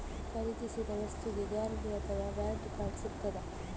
ಖರೀದಿಸಿದ ವಸ್ತುಗೆ ಗ್ಯಾರಂಟಿ ಅಥವಾ ವ್ಯಾರಂಟಿ ಕಾರ್ಡ್ ಸಿಕ್ತಾದ?